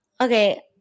okay